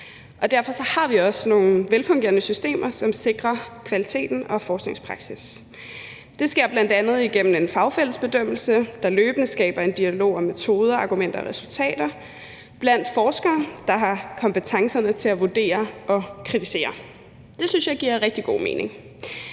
Derfor har vi også nogle velfungerende systemer, som sikrer kvaliteten og forskningspraksissen. Det sker bl.a. igennem en fagfællebedømmelse, der løbende skaber en dialog om metoder, argumenter og resultater blandt forskere, der har kompetencerne til at vurdere og kritisere. Det synes jeg giver rigtig god mening.